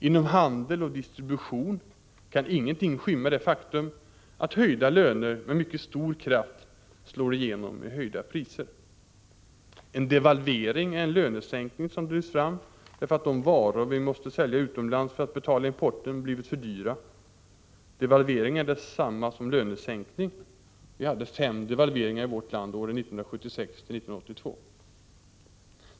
Inom handel och distribution kan ingenting skymma det faktum att höjda löner med mycket stor kraft slår igenom i höjda priser. En devalvering är en lönesänkning som drivs fram därför att de varor vi måste sälja utomlands för att betala importen blivit för dyra. Devalvering är detsamma som lönesänkning. Vi hade fem devalveringar i vårt land åren 1976-1982.